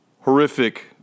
Horrific